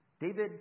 David